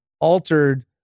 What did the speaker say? altered